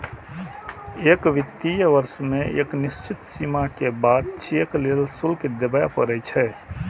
एक वित्तीय वर्ष मे एक निश्चित सीमा के बाद चेक लेल शुल्क देबय पड़ै छै